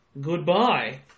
goodbye